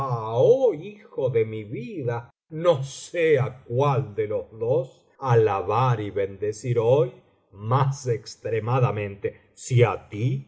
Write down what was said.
oh hijo de mi vida no sé á cuál de los dos alabar y bendecir hoy más extremadamente si á ti